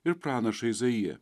ir pranašą izaiją